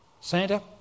Santa